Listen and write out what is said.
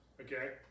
Okay